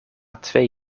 twee